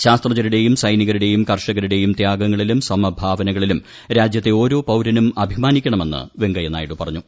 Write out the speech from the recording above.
ശാസ്ത്രജ്ഞരുടെയും സൈനികരുടെയും കർഷകരുടെയും ത്യാഗങ്ങളിലും സമഭാവനകളിലും രാജ്യത്തെ ഓരോ പൌരനും അഭിമാനിക്കണമെന്ന് വെങ്കയ്യനായിഡു പറഞ്ഞു